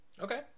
Okay